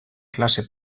klase